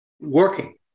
working